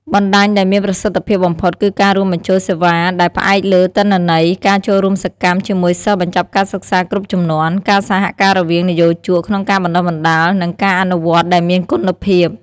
បណ្ដាញដែលមានប្រសិទ្ធភាពបំផុត គឺការរួមបញ្ចូលសេវាដែលផ្អែកលើទិន្នន័យ ការចូលរួមសកម្មជាមួយសិស្សបញ្ចប់ការសិក្សាគ្រប់ជំនាន់ ការសហការរវាងនិយោជកក្នុងការបណ្តុះបណ្តាល និងការអនុវត្តដែលមានគុណភាព។